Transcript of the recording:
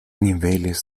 niveles